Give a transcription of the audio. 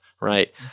right